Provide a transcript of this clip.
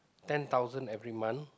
ten thousand every month